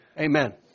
Amen